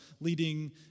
leading